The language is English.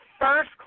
first